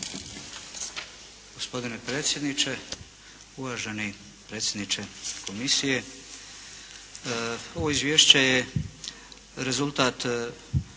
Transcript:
Gospodine predsjedniče, uvaženi predsjedniče komisije. Ovo izvješće je rezultat